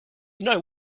know